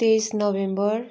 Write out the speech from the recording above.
तेइस नोभेम्बेर